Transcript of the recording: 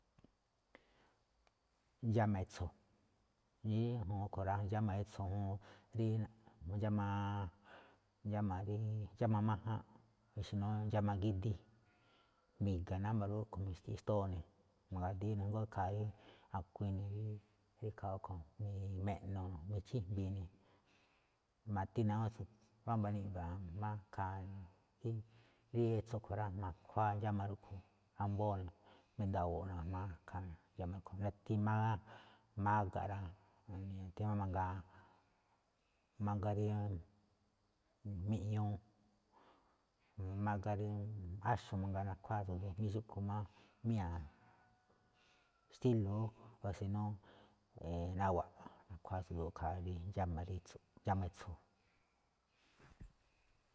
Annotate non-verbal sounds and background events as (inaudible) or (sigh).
Ndxáma itso̱, dí juun rúꞌkhue̱n rá, ndxáma etso̱ juun rí ndxámaa, (hesitation) rí ndxáma máján, si nó ndxáma ngidi, (noise) mi̱ga̱ wámba̱ rúꞌkhue̱n mi̱xtiꞌi xtóo ne̱, ma̱ga̱díí jngó ikhaa rí a̱kui̱i̱n rí ikhaa rúꞌkhue̱n, me̱ꞌno̱ michíjmbi̱i̱ ne̱. Ma̱ti ne̱ awúun tsu̱du̱u̱ wámba̱ niꞌga máꞌ ikhaa rí etsó a̱ꞌkhue̱n rá, ma̱khuáa ndxáma rúꞌkhue̱n (noise) ambóo ne̱, mi̱nda̱wo̱o̱ꞌ ne̱ ga̱jma̱á ikhaa ndxáma rúꞌkhue̱n gati máꞌ mágá rá, dí ñajuun mangaa mágá (noise) rí miꞌñuu, mágá rí, áxo̱ mangaa nakhuáa tsu̱du̱u̱ ne̱ jamí xúꞌkhue̱n máꞌ, míña̱ (noise) xtílo̱ o si no náwa̱ꞌ, nakhuáa tsu̱du̱u̱ ikhaa rí ndxáma rí etso̱, ndxáma etso̱. (noise)